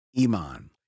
Iman